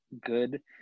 good